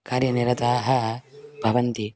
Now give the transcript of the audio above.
कार्यनिरताः भवन्ति